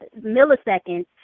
milliseconds